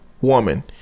woman